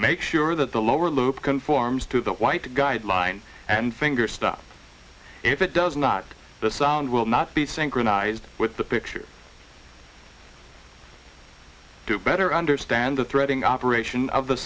make sure that the lower lip conforms to the white guideline and finger stuff if it does not the sound will not be synchronized with the picture to better understand the threading operation of the